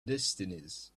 destinies